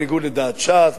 בניגוד לדעת ש"ס,